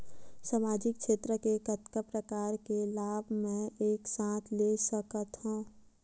सामाजिक क्षेत्र के कतका प्रकार के लाभ मै एक साथ ले सकथव?